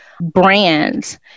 brands